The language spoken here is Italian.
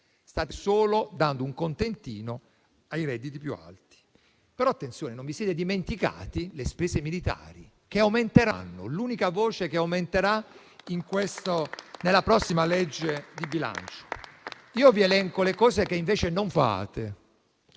state solo dando un contentino ai redditi più alti. Attenzione, però, non vi siete dimenticati le spese militari, che aumenteranno: è l'unica voce che aumenterà in questo nella prossima legge di bilancio. Vi elenco le cose che invece non fate.